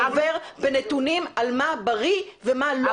הגבול עובר בנתונים על מה בריא ומה לא בריא.